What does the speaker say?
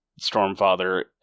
Stormfather